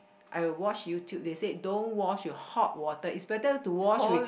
I watch YouTube they said don't wash with hot water it's better to wash with